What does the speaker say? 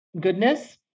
goodness